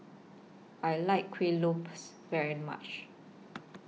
I like Kueh Lopes very much